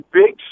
big